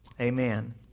Amen